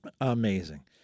Amazing